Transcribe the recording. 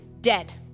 dead